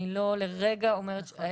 אני לא לרגע אומרת שלא.